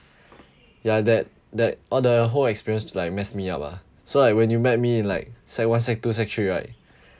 ya that that all the whole experience was like mess me up ah so like when you met me in like sec one sec two sec three right